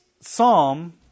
psalm